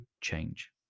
change